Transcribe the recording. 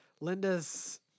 Linda's